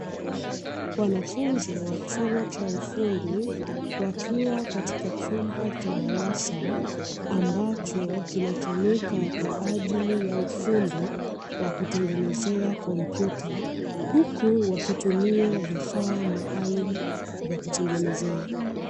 Wanafunzi wa chuo cha ufundi wakiwa katika chumba cha darasa ambacho kinatumika kwa ajili ya ufundi wa kutengenezea kompyuta, huku wakitumia vifaa maalumu vya kutengenezea.